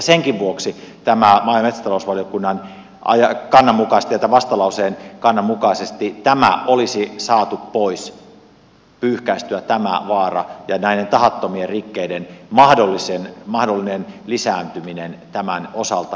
senkin vuoksi tämä aineisto oli kun hän maa ja metsätalousvaliokunnan vastalauseen kannan mukaisesti tämä vaara olisi saatu pois pyyhkäistyä ja näiden tahattomien rikkeiden mahdollinen lisääntyminen tämän osalta